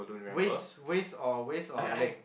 waist waist or waist or leg